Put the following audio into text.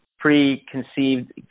preconceived